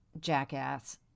jackass